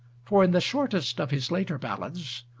for in the shortest of his later ballads,